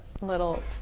little